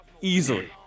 Easily